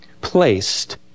placed